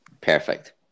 Perfect